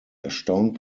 erstaunt